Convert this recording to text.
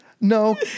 No